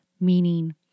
meaning